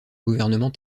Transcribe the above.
gouvernement